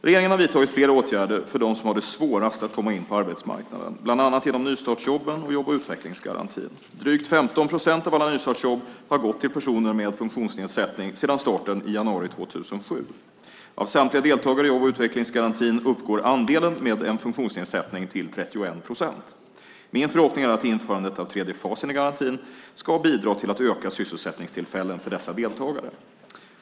Regeringen har vidtagit flera åtgärder för dem som har det svårast att komma in på arbetsmarknaden, bland annat genom nystartsjobben och jobb och utvecklingsgarantin. Drygt 15 procent av alla nystartsjobb har gått till personer med funktionsnedsättning sedan starten i januari 2007. Av samtliga deltagare i jobb och utvecklingsgarantin uppgår andelen med en funktionsnedsättning till 31 procent. Min förhoppning är att införandet av tredje fasen av garantin ska bidra till att öka sysselsättningstillfällena för dessa deltagare.